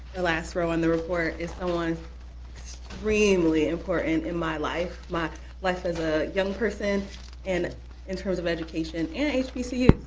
the last row on the report, is someone extremely important in my life, my life as a young person and in terms of education, and hbcu,